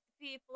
people